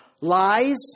lies